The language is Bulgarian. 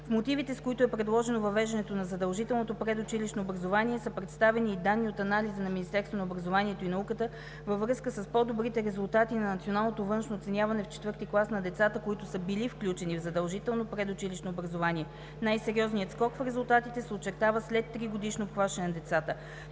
В мотивите, с които е предложено въвеждането на задължителното предучилищно образование, са представени и данни от анализа на Министерството на образованието и науката във връзка с по-добрите резултати на националното външно оценява в IV клас на децата, които са били включени в задължително предучилищно образование. Най-сериозният скок в резултати се очертава след 3-годишното обхващане на децата.